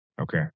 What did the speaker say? Okay